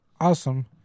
awesome